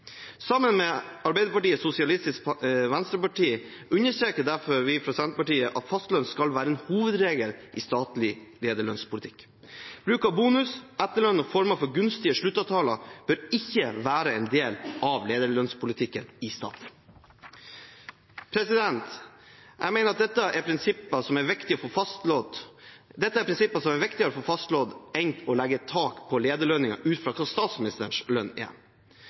Sammen med Arbeiderpartiet og Sosialistisk Venstreparti understreker derfor vi fra Senterpartiet at fastlønn skal være en hovedregel i statlig lederlønnspolitikk. Bruk av bonus, etterlønn og former for gunstige sluttavtaler bør ikke være en del av lederlønnspolitikken i staten. Jeg mener at dette er prinsipper som er viktigere å få fastslått enn å legge et tak på lederlønninger ut fra hva statsministerens lønn er.